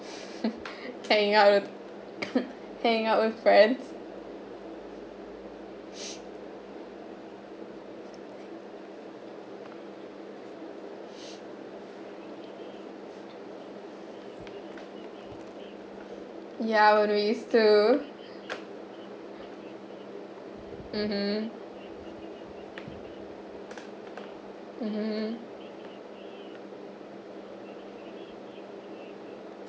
hanging out with hanging out with friends yeah when we still mmhmm mmhmm